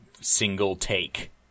single-take